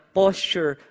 posture